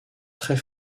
très